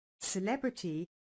celebrity